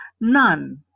none